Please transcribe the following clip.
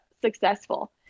successful